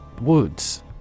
Woods